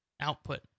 output